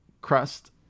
crust